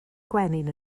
gwenyn